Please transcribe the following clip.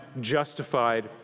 justified